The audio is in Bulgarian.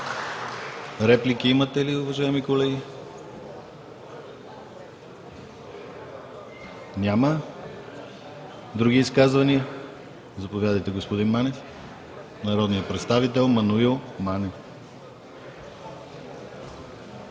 Реплики имате ли, уважаеми колеги? Няма. Други изказвания? Заповядайте, господин Манев. Има думата народният представител Маноил Манев.